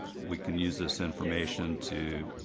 we can use this information to